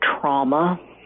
trauma